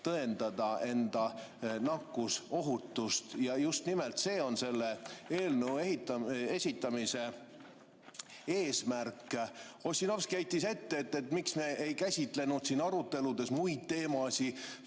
tõendada enda nakkusohutust. Just nimelt see on selle eelnõu esitamise eesmärk. Ossinovski heitis ette, et miks me ei käsitlenud siin aruteludes muid teemasid,